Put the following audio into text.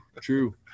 true